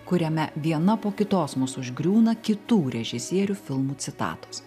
kuriame viena po kitos mus užgriūna kitų režisierių filmų citatos